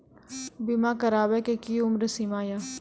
बीमा करबे के कि उम्र सीमा या?